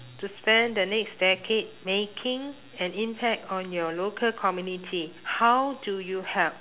to spend the next decade making an impact on your local community how do you help